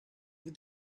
with